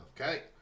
Okay